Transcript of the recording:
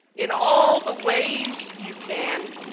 in all the ways you can,